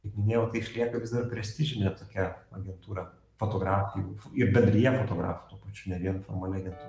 kaip minėjau tai išlieka vis dar prestižinė tokia agentūra fotografijų ir bendrija fotografų tuo pačiu ne vien formali agentūra